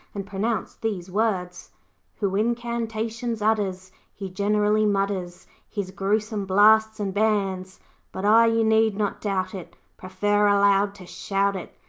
and pronounced these words who incantations utters he generally mutters his gruesome blasts and bans but i, you need not doubt it, prefer aloud to shout it,